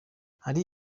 hari